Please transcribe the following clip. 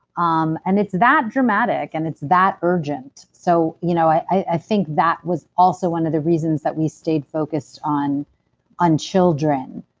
um and it's that dramatic, and it's that urgent. so you know i think that was also one of the reasons that we stayed focused on on children,